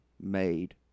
made